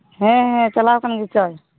ᱦᱮᱸ ᱦᱮᱸ ᱪᱟᱞᱟᱣ ᱠᱟᱱ ᱜᱮᱪᱚᱭ